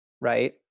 right